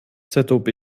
zob